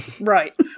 Right